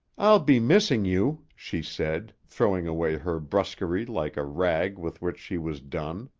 i'll be missing you, she said, throwing away her brusquerie like a rag with which she was done.